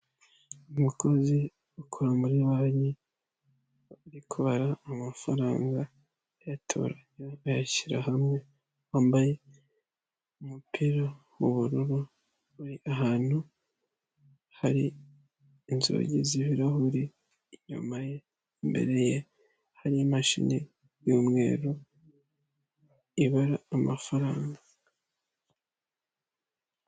Umukozi ukora muri banki ari kubara amafaranga ayatora ayashyira hamwe wambaye umupira w'ubururu uri ahantu hari inzugi z'ibirahuri inyuma ye, imbere ye hari imashini y'umweru ibara amafaranga.